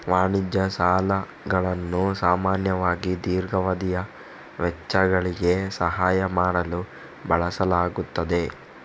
ವಾಣಿಜ್ಯ ಸಾಲಗಳನ್ನು ಸಾಮಾನ್ಯವಾಗಿ ದೀರ್ಘಾವಧಿಯ ವೆಚ್ಚಗಳಿಗೆ ಸಹಾಯ ಮಾಡಲು ಬಳಸಲಾಗುತ್ತದೆ